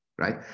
right